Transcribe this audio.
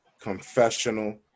Confessional